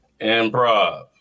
Improv